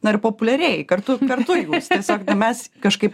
na ir populiarėji kartu kartu jūs tiesiog mes kažkaip